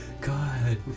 God